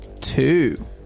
Two